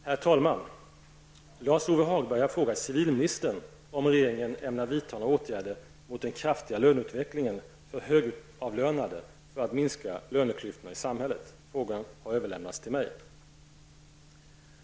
Herr talman! Lars-Ove Hagberg har frågat civilministern om regeringen ämnar vidta några åtgärder mot den kraftiga löneutvecklingen för högavlönade för att minska löneklyftorna i samhället. Frågan har överlämnats till mig.